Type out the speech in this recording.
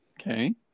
okay